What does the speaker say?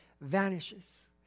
vanishes